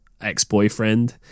ex-boyfriend